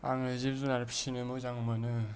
आङो जिब जुनार फिसिनो मोजां मोनो